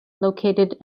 located